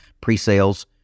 pre-sales